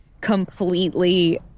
completely